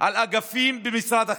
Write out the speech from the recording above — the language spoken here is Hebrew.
על אגפים במשרד החינוך?